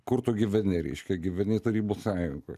kur tu gyveni reiškia gyveni tarybų sąjungoj